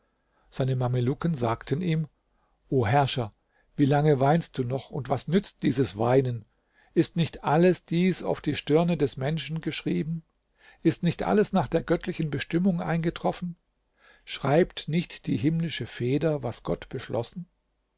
seine mamelucken sagten ihm o herrscher wie lange weinst du noch und was nützt dieses weinen ist nicht alles dies auf die stirne des menschen geschrieben ist nicht alles nach der göttlichen bestimmung eingetroffen schreibt nicht die himmlische feder was gott beschlossen